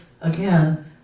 again